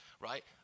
right